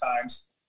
times